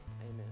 amen